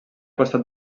costat